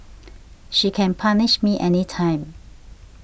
she can punish me anytime